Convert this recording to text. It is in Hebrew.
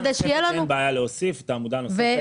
אין בעיה להוסיף את העמודה הנוספת.